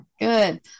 Good